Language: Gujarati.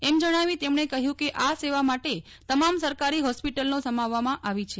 એમ જણાવી તેમણે કહ્યું કેઆ સેવા માટે તમામ સરકારી હોસ્પીટલનો સમાવવામાં આવી છે